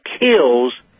kills